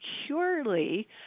securely